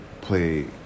play